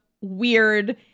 weird